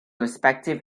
respective